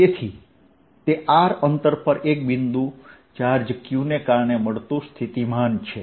તેથી તે r અંતર પર એક બિંદુ ચાર્જ qને કારણે મળતું સ્થિતિમાન છે